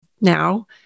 now